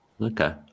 Okay